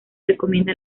recomienda